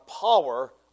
power